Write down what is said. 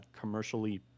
commercially